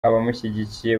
abamushyigikiye